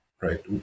right